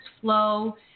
flow